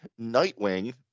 Nightwing